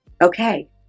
Okay